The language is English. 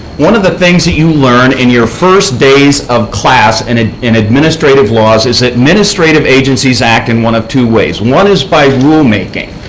one of the things that you learn in your first days of class and ah in administrative law is that administrative agencies act in one of two ways. one is by rulemaking,